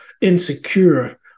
insecure